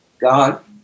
God